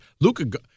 Luca